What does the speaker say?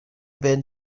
been